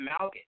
Malgus